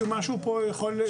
כי משהו פה יכול להיות מסובך.